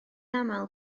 aml